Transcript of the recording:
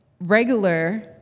regular